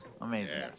amazing